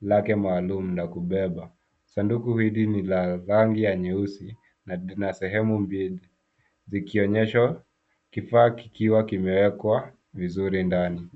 lake maalum na kubeba. Sanduku hili ni la rangi ya nyeusi na sehemu mbili zikionyeshwa kifaa kikiwa kimewekwa vizuri ndani.